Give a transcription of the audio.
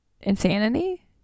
insanity